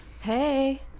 Hey